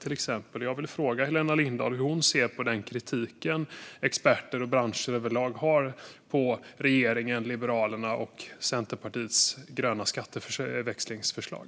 Hur ser Helena Lindahl på den kritik som experter och branscher överlag har mot regeringens, Liberalernas och Centerpartiets förslag för grön skatteväxling?